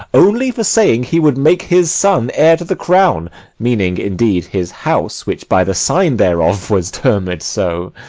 only for saying he would make his son heir to the crown meaning, indeed, his house, which, by the sign thereof, was termed so.